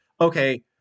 okay